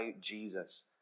Jesus